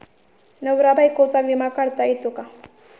नवरा बायकोचा विमा काढता येतो का?